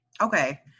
okay